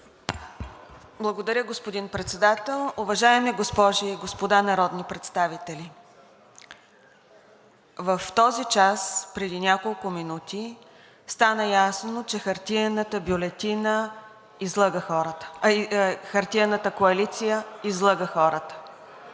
Благодаря Ви, господин Председател. Уважаеми госпожи и господа народни представители, в този час преди няколко минути стана ясно, че хартиената коалиция излъга хората